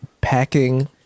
packing